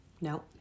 No